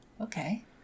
Okay